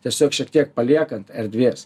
tiesiog šiek tiek paliekant erdvės